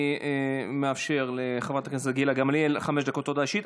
אני מאפשר לחברת הכנסת גילה גמליאל חמש דקות הודעה אישית,